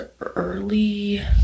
early